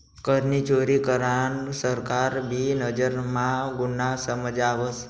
करनी चोरी करान सरकार भी नजर म्हा गुन्हा समजावस